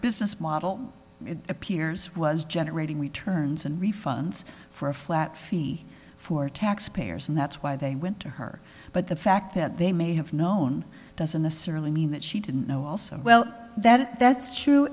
business model it appears was generating returns and refunds for a flat fee for taxpayers and that's why they went to her but the fact that they may have known doesn't necessarily mean that she didn't know also well that that's true